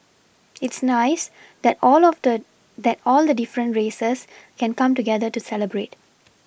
it's nice that all of the that all the different races can come together to celebrate